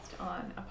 on